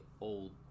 old